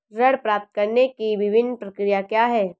ऋण प्राप्त करने की विभिन्न प्रक्रिया क्या हैं?